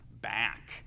back